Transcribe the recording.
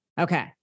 Okay